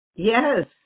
Yes